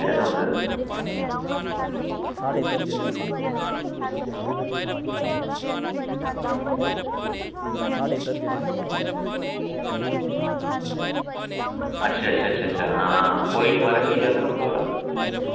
केह्ड़ा कम्म सर अच्छा अच्छा कोई नी मरज़ होई जाह्ग कम्म तुआढ़ा